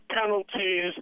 penalties